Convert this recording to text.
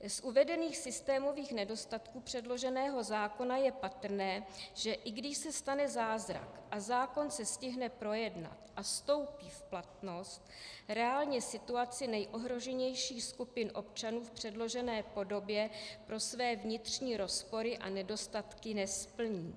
Z uvedených systémových nedostatků předloženého zákona je patrné, že i když se stane zázrak a zákon se stihne projednat a vstoupí v platnost, reálně situaci nejohroženějších skupin občanů v předložené podobě pro své vnitřní rozpory a nedostatky nesplní.